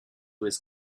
was